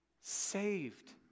saved